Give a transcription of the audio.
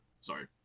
sorry